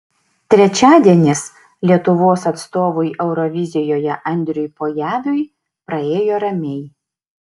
trečiadienis lietuvos atstovui eurovizijoje andriui pojaviui praėjo ramiai